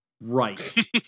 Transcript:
right